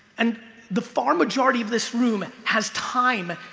and the far majority of this room has time,